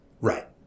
right